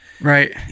Right